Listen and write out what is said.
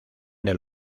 del